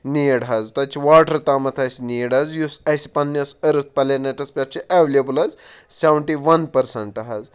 need حظ تَتہِ چھِ واٹَر تامَتھ اَسہِ نیٖڈ حظ یُس اَسہِ پَنٛنِس أرٕتھ پَلینَٹَس پٮ۪ٹھ چھِ اٮ۪ولیبٕل حظ سٮ۪وَنٹی وَن پٔرسَنٛٹ حظ